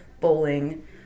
bowling